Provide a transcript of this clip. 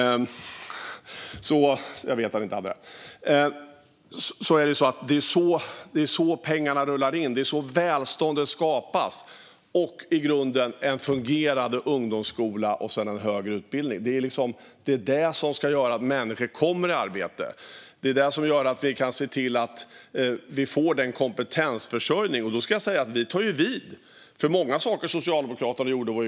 Jag vet att ni inte hade det. Det är så pengarna rullar in. Det är så välståndet skapas och i grunden en fungerande ungdomsskola och högre utbildning. Det är det som ska göra att människor kommer i arbete, och det är det som gör att vi kan se till att vi får den kompetensförsörjning som behövs. Många av de saker Socialdemokraterna gjorde var kloka, så vi har tagit vid.